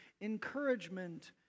encouragement